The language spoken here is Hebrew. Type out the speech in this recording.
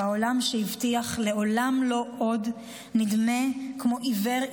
והעולם שהבטיח "לעולם לא עוד" נדמה כמו עיוור,